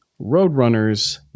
Roadrunners